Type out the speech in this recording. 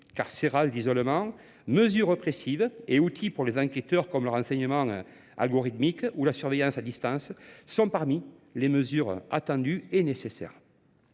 carcérales d'isolement, mesures repressives et outils pour les enquêteurs comme leur enseignement algorithmique ou la surveillance à distance sont parmi les mesures attendues et nécessaires.